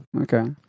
okay